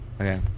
Okay